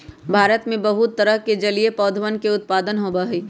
भारत में बहुत तरह के जलीय पौधवन के उत्पादन होबा हई